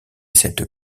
cette